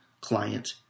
client